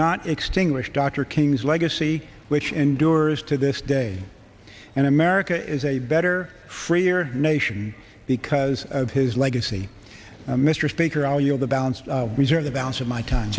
not extinguish dr king's legacy which endures to this day and america is a better freer nation because of his legacy mr speaker i'll yield the balance reserve the balance of my time